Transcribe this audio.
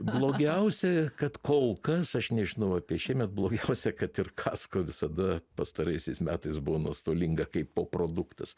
blogiausia kad kol kas aš nežinau apie šiemet blogiausia kad ir kasko visada pastaraisiais metais buvo nuostolinga kaipo produktas